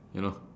you know